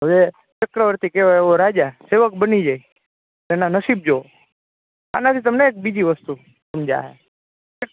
હવે ચક્રવ્રર્તી કહેવાય એવો રાજા સેવક બની જાય તેના નસીબ જોવો આનાથી તમને એક બીજી વસ્તુ સમજાશે કે